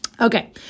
Okay